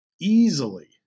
easily